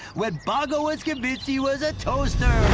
when bongo was convinced he was a toaster.